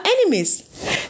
enemies